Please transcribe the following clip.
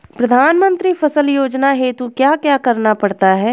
प्रधानमंत्री फसल योजना हेतु क्या क्या करना पड़ता है?